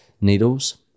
needles